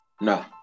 No